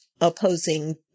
opposing